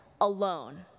Alone